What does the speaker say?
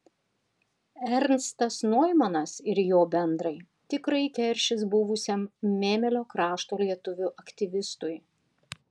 ernstas noimanas ir jo bendrai tikrai keršys buvusiam mėmelio krašto lietuvių aktyvistui